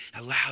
Allow